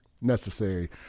necessary